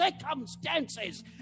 circumstances